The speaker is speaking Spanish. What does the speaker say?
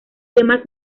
demás